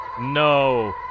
No